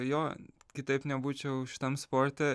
jo kitaip nebūčiau šitam sporte